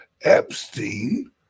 Epstein